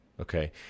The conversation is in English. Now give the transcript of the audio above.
Okay